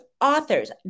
authors